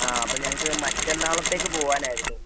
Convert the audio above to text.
ആ അപ്പോൾ ഞങ്ങൾക്ക് മറ്റെന്നാളത്തേക്ക് പോകാനായിരുന്നു